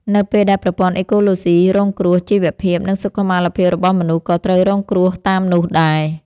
នៅពេលដែលប្រព័ន្ធអេកូឡូស៊ីរងគ្រោះ ជីវភាព និងសុខុមាលភាពរបស់មនុស្សក៏ត្រូវរងគ្រោះតាមនោះដែរ។